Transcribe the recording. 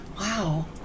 Wow